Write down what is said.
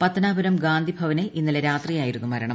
പത്തനാപുരം ഗാന്ധിഭവനിൽ ഇന്നലെ രാത്രിയായിരുന്നു മരണം